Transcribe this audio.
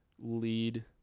lead